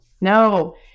No